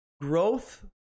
growth